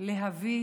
להביא